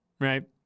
right